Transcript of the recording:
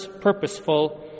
purposeful